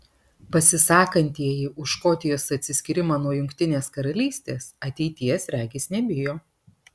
pasisakantieji už škotijos atsiskyrimą nuo jungtinės karalystės ateities regis nebijo